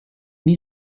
need